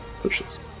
pushes